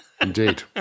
Indeed